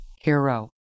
hero